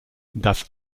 das